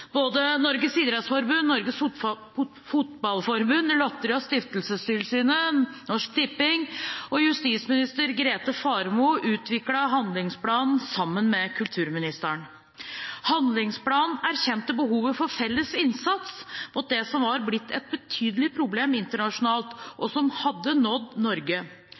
Både Norges idrettsforbund, Norges Fotballforbund, Lotteri- og stiftelsestilsynet, Norsk Tipping og justisminister Grete Faremo utviklet handlingsplanen sammen med kulturministeren. Handlingsplanen erkjente behovet for felles innsats mot det som var blitt et betydelig problem internasjonalt, og som hadde nådd Norge.